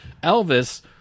Elvis